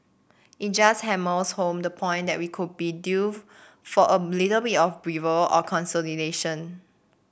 it just hammers home the point that we could be due for a little bit of breather or consolidation